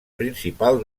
principal